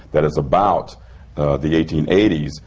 that is about the eighteen eighty s,